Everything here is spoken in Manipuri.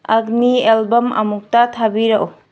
ꯑꯒꯅꯤ ꯑꯦꯜꯕꯝ ꯑꯃꯨꯛꯇ ꯊꯥꯕꯤꯔꯛꯎ